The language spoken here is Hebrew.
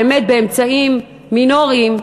באמת באמצעים מינוריים,